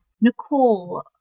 Nicole